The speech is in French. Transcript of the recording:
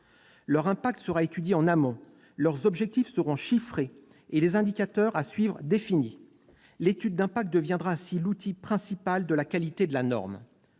Leur impact sera étudié en amont, leurs objectifs seront chiffrés et les indicateurs à suivre définis : l'étude d'impact deviendra ainsi l'outil principal de qualité de la norme.